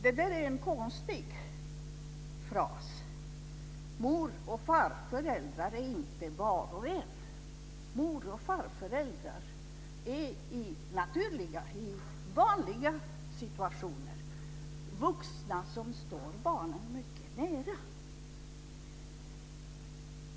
Det är en konstig fras. Mor och farföräldrar är inte "var och en". Mor och farföräldrar är i vanliga situationer vuxna som står barnet mycket nära.